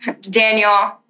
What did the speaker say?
Daniel